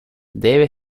debe